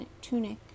tunic